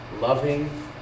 loving